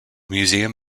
museum